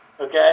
Okay